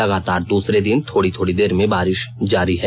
लगातार दूसरे दिन थोड़ी थोड़ी देर में बारिश जारी है